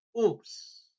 Oops